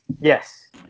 Yes